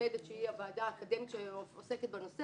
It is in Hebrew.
המתמדת שהיא הוועדה האקדמית שעוסקת בנושא